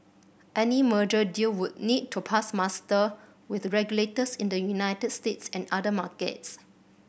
any merger deal would need to pass muster with regulators in the United States and other markets